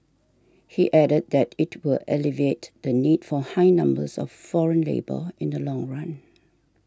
he added that it will alleviate the need for high numbers of foreign labour in the long run